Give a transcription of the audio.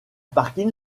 parking